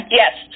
yes